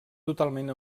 totalment